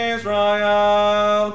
Israel